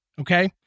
Okay